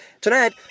Tonight